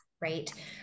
right